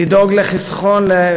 לדאוג לחיסכון,